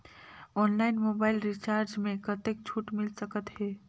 Online mobile recharge मे कतेक छूट मिल सकत हे?